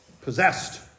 possessed